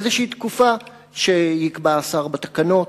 איזו תקופה שיקבע השר בתקנות.